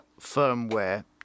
firmware